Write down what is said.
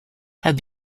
have